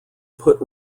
put